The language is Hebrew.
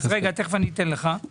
אז תכף אני אתן לך.